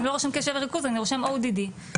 אני לא רושם קשב וריכוז אני רושם ODD',